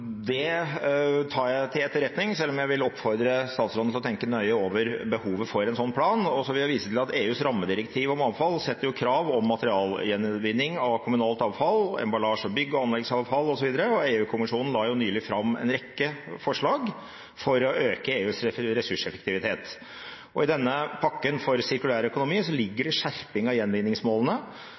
Det tar jeg til etterretning, selv om jeg vil oppfordre statsråden til å tenke nøye over behovet for en sånn plan. Jeg vil vise til at EUs rammedirektiv om avfall setter krav om materialgjenvinning av kommunalt avfall, emballasje, bygg- og anleggsavfall osv., og EU-kommisjonen la jo nylig fram en rekke forslag for å øke EUs ressurseffektivitet. I denne pakken for sirkulær økonomi ligger det en skjerping av gjenvinningsmålene,